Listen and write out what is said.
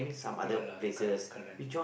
ya lah correct correct